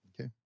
Okay